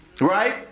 right